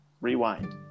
rewind